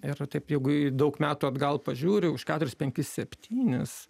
ir taip jeigu daug metų atgal pažiūri už keturis penkis septynis